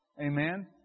Amen